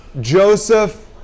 Joseph